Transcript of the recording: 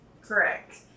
Correct